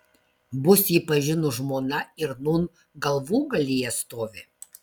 bus jį pažinus žmona ir nūn galvūgalyje stovi